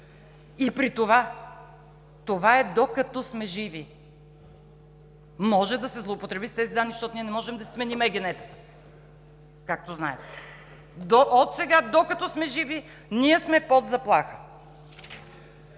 И при това, това е, докато сме живи! Може да се злоупотреби с тези данни, защото ние не можем да си сменим егенетата, както знаете. Отсега, докато сме живи, ние сме под заплаха.